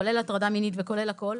כולל הטרדה מינית וכולל הכול,